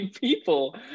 people